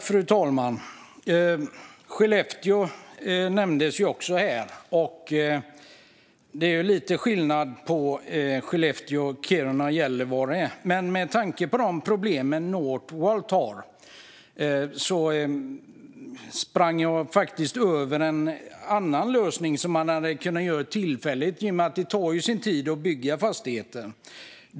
Fru talman! Skellefteå nämndes förut. Det är lite skillnad på Skellefteå och Kiruna och Gällivare. Med tanke på de problem som Northvolt har sprang jag på en annan lösning som man hade kunnat ha tillfälligt. Det tar ju sin tid att bygga fastigheter.